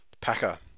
Packer